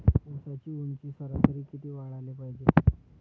ऊसाची ऊंची सरासरी किती वाढाले पायजे?